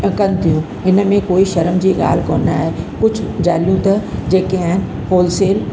कनि थियूं हिन में कोई शरम जी ॻाल्हि कोन आहे कुझु जालूं त जेके आहिनि होलसेल